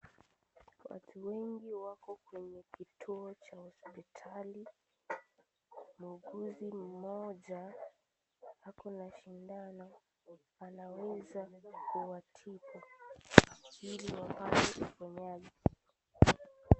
Watu wengi wako kwenye kituo cha hospitali. Muguzi mmoja akona sindano anaweza kuwa tibu ili wapate uponyaji.